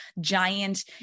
giant